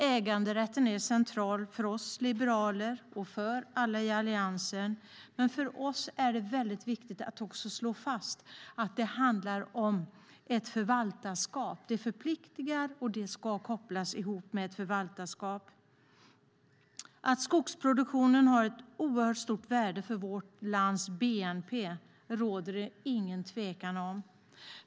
Äganderätten är central för oss liberaler liksom för övriga i Alliansen, men det är också viktigt för oss att slå fast att det handlar om ett förvaltarskap. Det förpliktar och ska kopplas ihop med ett förvaltarskap. Att skogsproduktionen har ett oerhört stort värde för vårt lands bnp råder det inget tvivel om.